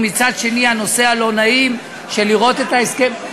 ומצד שני הנושא הלא-נעים של לראות את ההסכם,